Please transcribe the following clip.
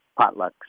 potlucks